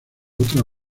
otras